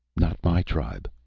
not my tribe.